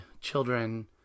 children